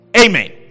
Amen